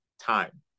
time